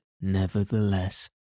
nevertheless